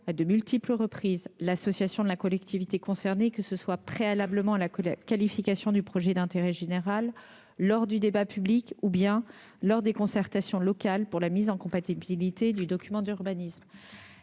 à de multiples reprises l'association de la collectivité concernée, que ce soit préalablement à la qualification du projet d'intérêt général, lors du débat public ou lors des concertations locales pour la mise en compatibilité du document d'urbanisme.